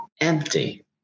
empty